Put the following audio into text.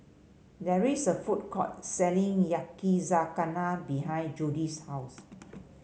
there is a food court selling Yakizakana behind Judy's house